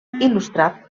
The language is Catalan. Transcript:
il·lustrat